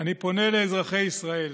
אני פונה לאזרחי ישראל: